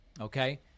Okay